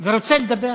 נמצא ורוצה לדבר.